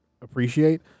appreciate